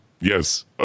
yes